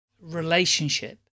relationship